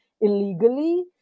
illegally